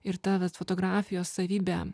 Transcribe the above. ir ta vat fotografijos savybė